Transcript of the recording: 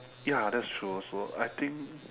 ya that's true also I think